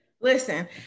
Listen